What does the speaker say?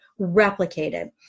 replicated